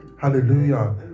Hallelujah